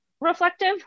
reflective